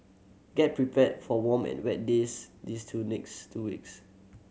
get prepared for warm and wet days these two next two weeks